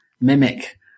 mimic